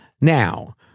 Now